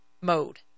mode